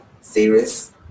series